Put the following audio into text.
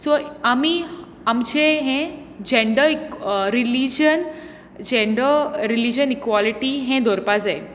so आमी आमचें हें gender religion gender religion equality हें दवरपाक जाय